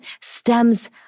stems